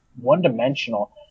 one-dimensional